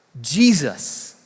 Jesus